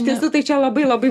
iš tiesų tai čia labai labai